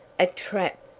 a trap!